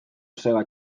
sega